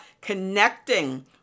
connecting